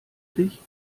dich